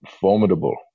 formidable